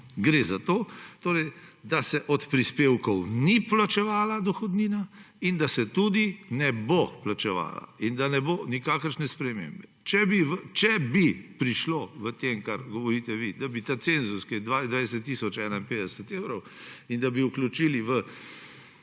Gre za to, da se od prispevkov ni plačevala dohodnina in da se tudi ne bo plačevala in da ne bo nikakršne spremembe. Če bi prišlo do tega, kar govorite vi, da bi ta cenzus, ki je 22 tisoč 51 evrov, in da bi vključili v